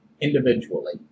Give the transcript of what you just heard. individually